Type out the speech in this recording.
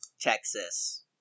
Texas